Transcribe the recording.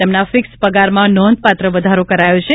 તેમના ફિક્સ પગારમાં નોંધપાત્ર વધારો કરાયો છે